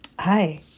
Hi